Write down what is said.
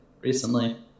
recently